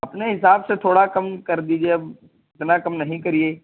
اپنے حساب سے تھوڑا کم کر دیجیے اب اتنا کم نہیں کریے